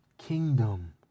kingdom